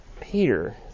Peter